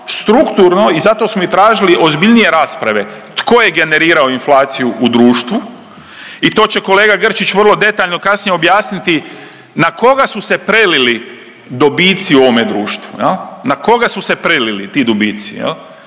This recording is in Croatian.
i zato smo i tražili ozbiljnije rasprave tko je generirao inflaciju i društvu. I to će kolega Grčić vrlo detaljno kasnije objasniti na koga su prelili dobici u ovome društvu jel, na koga su se prelili ti dobici